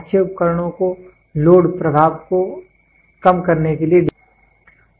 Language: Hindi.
अच्छे उपकरणों को लोड प्रभाव को कम करने के लिए डिज़ाइन किया गया है